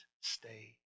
stay